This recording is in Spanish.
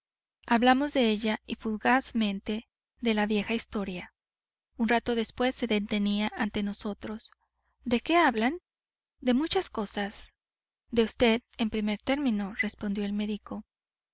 hablamos de ella y fugazmente de la vieja historia un rato después se detenía ante nosotros de qué hablan de muchas cosas de vd en primer término respondió el médico